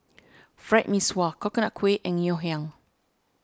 Fried Mee Sua Coconut Kuih and Ngoh Hiang